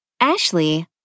Ashley